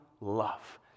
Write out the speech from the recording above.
Love